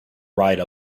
ride